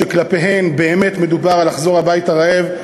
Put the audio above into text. שכלפיהם באמת מדובר על לחזור הביתה רעב,